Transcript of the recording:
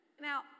Now